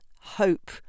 hope